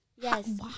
Yes